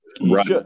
right